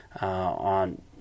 on –